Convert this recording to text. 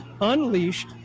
Unleashed